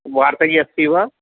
वार्ताकी अस्ति वा